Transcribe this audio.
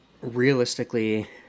Realistically